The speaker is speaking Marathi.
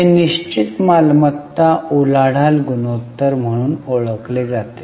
हे निश्चित मालमत्ता उलाढाल गुणोत्तर म्हणून ओळखले जाते